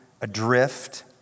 adrift